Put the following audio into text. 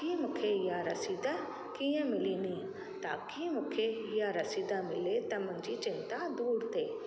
की मूंखे इहा रसीद कीअं मिलंदी ताकी मूंखे इहा रसीद मिले त मुंहिंजी चिंता दूरु थिए